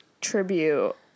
tribute